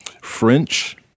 French